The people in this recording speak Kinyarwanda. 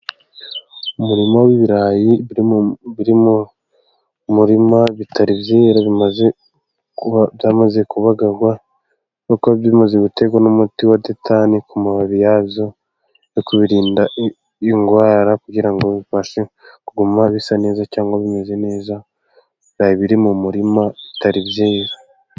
Umurimo w'ibirayi biri mu murima bitari byera, bimaze, byamaze kubagarwa, kuko bimaze no guterwa umuti wa detane ku mababi yabyo yo kubirinda indwara, kugira ngo bibashe kuguma bisa neza, cyangwa bimeze neza. Ibirayi biri mu murima bitari byera.